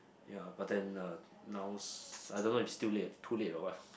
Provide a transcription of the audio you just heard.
ya but then uh now s~ I don't know if still late too late or what